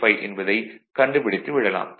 05 என்பதை கண்டுபிடித்து விடலாம்